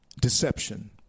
Deception